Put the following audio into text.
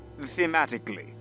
thematically